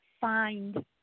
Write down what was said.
find